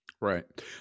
Right